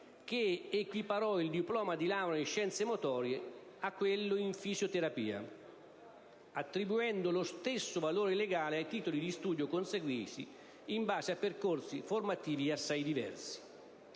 che equiparò il diploma di laurea in scienze motorie a quello in fisioterapia, attribuendo lo stesso valore legale a titoli di studio conseguiti in base a percorsi formativi assai diversi.